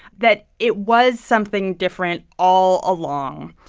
that it was something different all along.